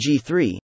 G3